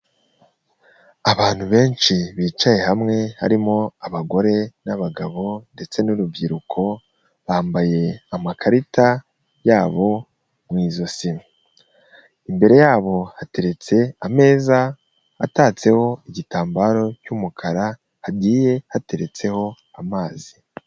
Abantu benshi bicaye hamwe harimo abagore n'abagabo, ndetse n'urubyiruko bambaye amakarita yabo mu ijosi, imbere yabo hateretse ameza atatseho igitambaro cy'umukara hagiye hateretseho amazi.